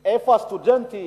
איפה הסטודנטים?